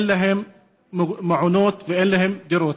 אין להם מעונות ואין להם דירות.